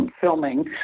filming